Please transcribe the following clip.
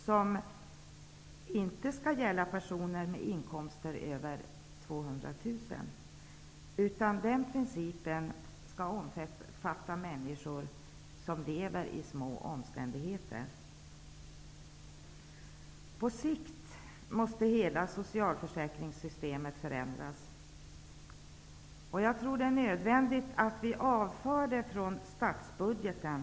Men den skall inte gälla för personer med inkomster över 200 000 kr. Principen skall bara omfatta människor som lever i små omständigheter. Hela socialförsäkringssystemet måste förändras på sikt. Jag tror att det är nödvändigt att avföra systemet från statsbudgeten.